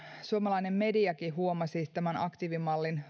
suomalainen mediakin huomasi tämän aktiivimallin